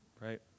right